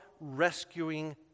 rescuing